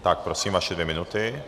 Tak prosím, vaše dvě minuty.